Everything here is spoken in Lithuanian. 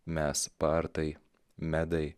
mes partai medai